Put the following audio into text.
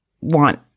want